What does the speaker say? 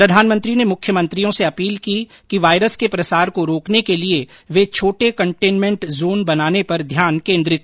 प्रधानमंत्री ने मुख्यमंत्रियों से अपील की कि वायरस के प्रसार को रोकने के लिए वे छोटे कंटेनमेंट जोन बनाने पर ध्यान केन्द्रित करें